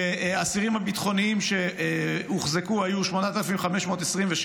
הוחזקו 8,527,